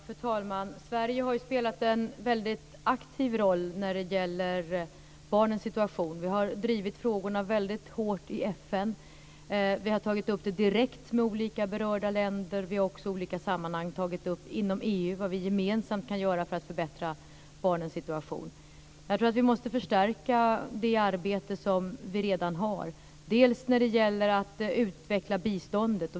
Fru talman! Sverige har ju spelat en väldigt aktiv roll när det gäller barnens situation. Vi har drivit frågorna väldigt hårt i FN, vi har tagit upp dem direkt med olika berörda länder och vi har också i olika sammanhang inom EU tagit upp vad vi gemensamt kan göra för att förbättra barnens situation. Jag tror att vi måste förstärka det arbete som vi redan gör. Det gäller bl.a. att utveckla biståndet.